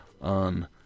on